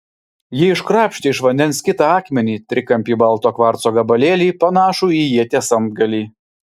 ji iškrapštė iš vandens kitą akmenį trikampį balto kvarco gabalėlį panašų į ieties antgalį